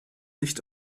nicht